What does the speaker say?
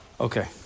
Okay